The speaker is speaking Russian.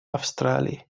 австралии